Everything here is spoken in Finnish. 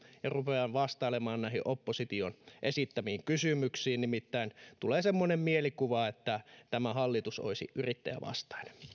ja rupean vastailemaan näihin opposition esittämiin kysymyksiin nimittäin tulee semmoinen mielikuva että tämä hallitus olisi yrittäjävastainen